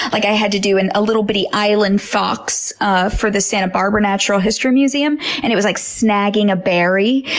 like i had to do and a little bitty island fox ah for the santa barbara natural history museum, and which was like snagging a berry.